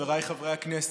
חבריי חברי הכנסת,